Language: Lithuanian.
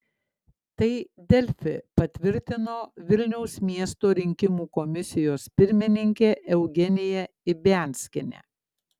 tai delfi patvirtino vilniaus miesto rinkimų komisijos pirmininkė eugenija ibianskienė